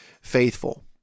faithful